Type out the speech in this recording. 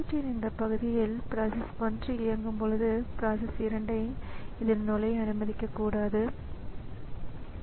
ஒன்று அல்லது அதற்கு மேற்பட்ட ஸிபியுக்கள் மற்றும் ஒரு பொதுவான பஸ் வழியாக இணைக்கப்பட்ட பல டிவைஸ் கண்ட்ரோலர்கள் உள்ளன